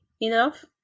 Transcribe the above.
enough